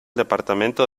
departamento